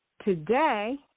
Today